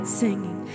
singing